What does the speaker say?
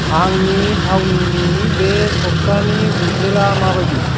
आंनि थावनिनि बे सप्तानि बोथोरा माबादि